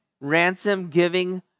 ransom-giving